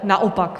Naopak.